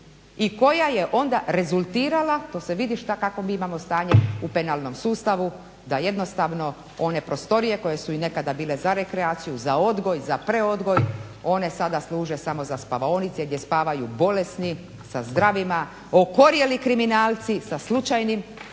i koja je onda rezultirala to se vidi kakvo mi imamo stanje u penalnom sustavu da jednostavno one prostorije koje su bile nekada za rekreaciju, za odgoj, za predodgoj one samo služe za spavaonice gdje spavaju bolesni sa zdravima, okorjeli kriminalci sa slučajnim